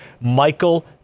Michael